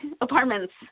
apartments